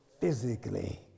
physically